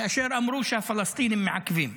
כאשר אמרו שהפלסטינים מעכבים.